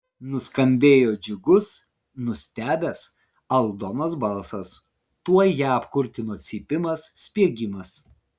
nuskambėjo džiugus nustebęs aldonos balsas tuoj ją apkurtino cypimas spiegimas